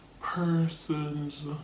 persons